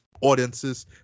audiences